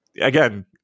again